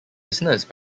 business